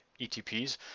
ETPs